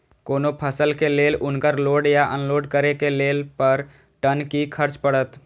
कोनो फसल के लेल उनकर लोड या अनलोड करे के लेल पर टन कि खर्च परत?